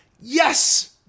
Yes